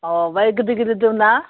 अ बाहाय गिदिर गिदिर दंना